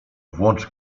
włącz